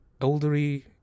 elderly